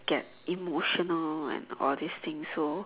get emotional and all this thing so